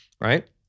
right